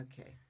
Okay